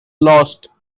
lost